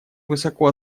высоко